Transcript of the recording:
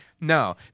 no